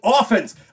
offense